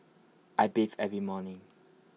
I bathe every morning